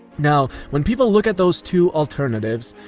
now when people look at those two alternatives,